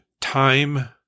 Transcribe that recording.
time